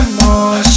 more